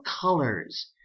colors